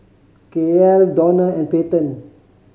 Kael Dona and Peyton